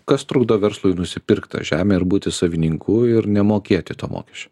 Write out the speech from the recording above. kas trukdo verslui nusipirkt tą žemę ir būti savininku ir nemokėti to mokesčio